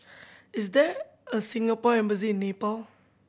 is there a Singapore Embassy Nepal